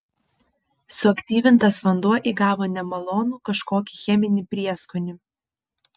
suaktyvintas vanduo įgavo nemalonų kažkokį cheminį prieskonį